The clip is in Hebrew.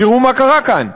תראו מה קרה כאן: